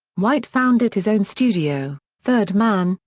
white founded his own studio, third man,